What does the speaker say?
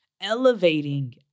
elevating